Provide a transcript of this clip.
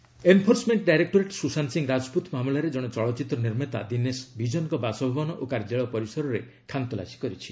ED searches enforcement directorate Sushant Singh Rajput ମାମଲାରେ ଜଣେ ଚଳଚ୍ଚିତ୍ର ନିର୍ମାତା ଦିନେଶ ବିଜନ୍ଙ୍କ ବାସଭବନ ଓ କାର୍ଯ୍ୟାଳୟ ପରିସରରେ ଖାନତଲାସି କରିଛି